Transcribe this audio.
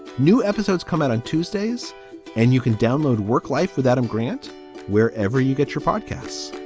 new episodes come out on tuesdays and you can download work life with adam grant wherever you get your podcasts